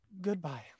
Goodbye